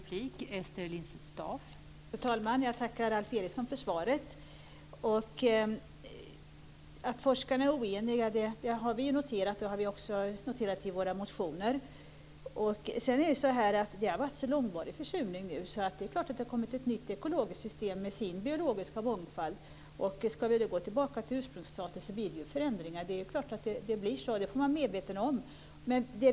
Fru talman! Jag tackar Alf Eriksson för svaret. Att forskarna är oeniga har vi också noterat i våra motioner. Det har varit så långvarig försurning nu att det naturligtvis har kommit ett nytt ekologiskt system med sin ekologiska mångfald. Om vi ska gå tillbaka till ursprungsstatus blir det naturligtvis förändringar. Det får man vara medveten om.